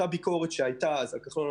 אותה ביקורת שהייתה אז על כחלון,